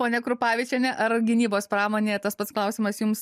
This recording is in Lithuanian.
ponia krupavičiene ar gynybos pramonė tas pats klausimas jums